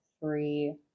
three